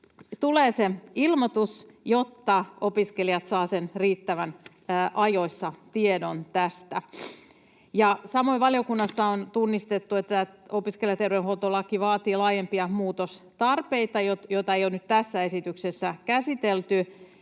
tulee se ilmoitus, jotta opiskelijat saavat riittävän ajoissa tiedon tästä. Samoin valiokunnassa on tunnistettu, että opiskelijaterveydenhuoltolaki vaatii laajempia muutostarpeita, joita ei ole nyt tässä esityksessä käsitelty.